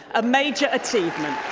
a major achievement.